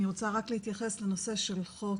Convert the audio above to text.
אני רוצה רק להתייחס לנושא של החוק,